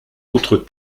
autres